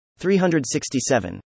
367